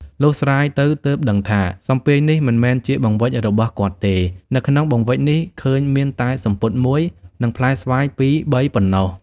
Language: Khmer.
លុះស្រាយទៅទើបដឹងថា សំពាយនេះមិនមែនជាបង្វេចរបស់គាត់ទេ នៅក្នុងបង្វេចនេះឃើញមានតែសំពត់ ១ និង ផ្លែស្វាយ ២-៣ ប៉ុណ្ណោះ ។